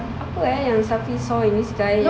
apa eh yang safi saw in this guy